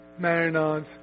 marinades